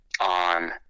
on